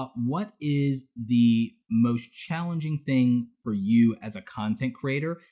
ah what is the most challenging thing for you as a content creator,